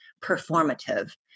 performative